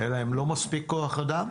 אין להם לא מספיק כוח אדם,